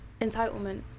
entitlement